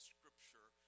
Scripture